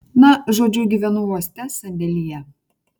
na žodžiu gyvenu uoste sandėlyje